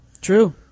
True